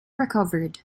recovered